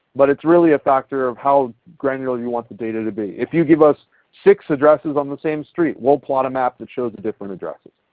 but it is really a factor of how granular you want the data to be. if you give us six addresses on the same street, we'll plot a map that shows the different addresses.